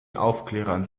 aufklärern